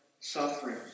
suffering